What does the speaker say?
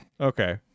okay